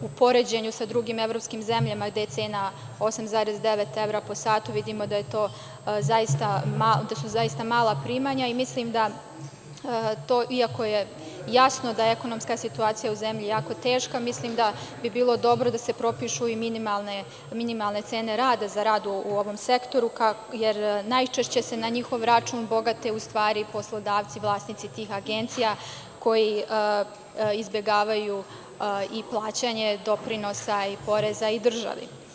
U poređenju sa drugim evropskim zemljama, gde je cena 8,9 evra po satu, vidimo da su to zaista mala primanja i mislim da je jasno da je ekonomska situacija u zemlji jako teška i bilo bi dobro da se propišu minimalne cene rada za rad u ovom sektoru, jer najčešće se na njihov račun bogate poslodavci, vlasnici tih agencija, koji izbegavaju plaćanje doprinosa i poreza državi.